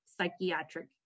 psychiatric